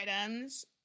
items